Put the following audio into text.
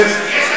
מה אתה מצפה ממנו?